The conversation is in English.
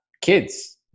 kids